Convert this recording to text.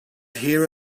here